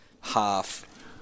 half